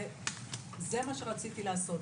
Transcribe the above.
זה מה שרציתי לעשות,